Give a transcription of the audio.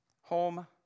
Home